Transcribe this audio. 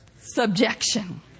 subjection